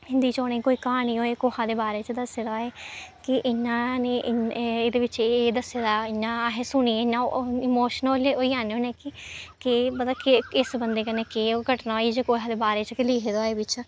हिंदी च उ'नेंगी कोई क्हानी होए कुहा दे बारे च दस्से दा होए कि इ'यां ऐ एह्दे बिच्च एह् एह् दस्से दा होए इ'यां अहें सुनियै ओह् इमोशनली होई जान्ने होन्ने कि पता कि इस बंदे कन्नै केह् ओह् घटना होई जां कुहा दे बारे च गै लिखे दा होए बिच्च